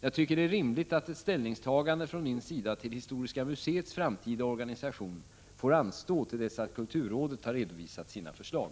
Jag tycker det är rimligt att ett ställningstagande från min sida till historiska museets framtida organisation får anstå till dess att kulturrådet har redovisat sina förslag.